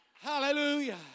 Hallelujah